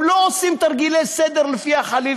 הם לא עושים תרגילי סדר לפי החליל,